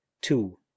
two